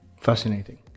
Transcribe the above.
fascinating